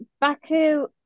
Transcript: Baku